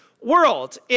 world